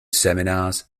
seminars